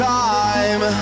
time